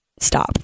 Stop